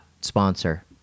sponsor